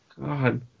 God